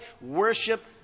worship